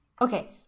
Okay